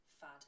fad